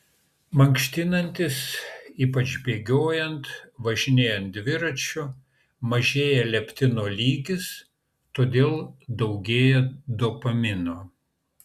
mankštinantis ypač bėgiojant važinėjant dviračiu mažėja leptino lygis todėl daugėja dopamino